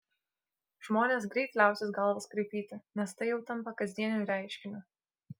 žmonės greit liausis galvas kraipyti nes tai jau tampa kasdieniu reiškiniu